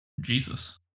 jesus